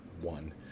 one